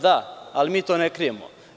Da, ali i to ne krijemo.